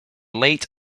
late